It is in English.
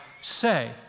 say